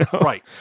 Right